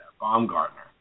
Baumgartner